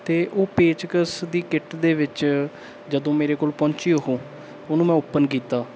ਅਤੇ ਉਹ ਪੇਚਕਸ ਦੀ ਕਿੱਟ ਦੇ ਵਿੱਚ ਜਦੋਂ ਮੇਰੇ ਕੋਲ ਪਹੁੰਚੀ ਉਹ ਉਹਨੂੰ ਮੈਂ ਓਪਨ ਕੀਤਾ